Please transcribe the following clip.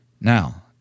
Now